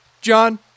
John